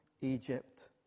Egypt